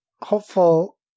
hopeful